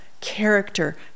character